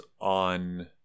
on